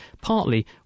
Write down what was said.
partly